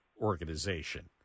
organization